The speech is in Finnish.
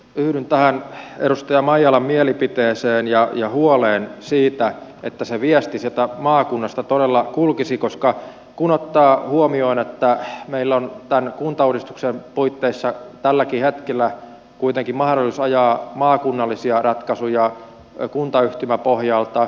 yhdyn tähän edustaja maijalan mielipiteeseen ja huoleen siitä että se viesti sieltä maakunnasta todella kulkisi kun ottaa huomioon että meillä on tämän kuntauudistuksen puitteissa tälläkin hetkellä kuitenkin mahdollisuus ajaa maakunnallisia ratkaisuja kuntayhtymäpohjalta